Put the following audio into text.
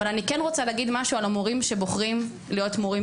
אני כן רוצה להגיד משהו על המורים שבוחרים להיות מורים